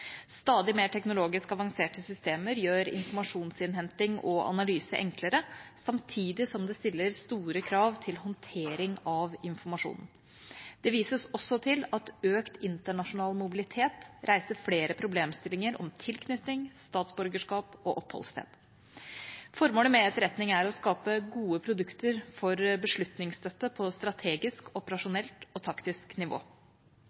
Stadig mer teknologisk avanserte systemer gjør informasjonsinnhenting og analyse enklere, samtidig som det stiller store krav til håndtering av informasjon. Det vises også til at økt internasjonal mobilitet reiser flere problemstillinger om tilknytning, statsborgerskap og oppholdssted. Formålet med etterretning er å skape gode produkter for beslutningsstøtte på strategisk, operasjonelt og taktisk nivå.